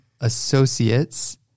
associates